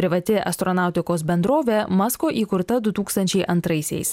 privati astronautikos bendrovė masko įkurta du tūkstančiai antraisiais